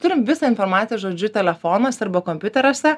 turim visą informaciją žodžiu telefonuose arba kompiuteriuose